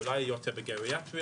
אולי יותר גריאטריה.